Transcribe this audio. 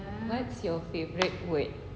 what's your favourite word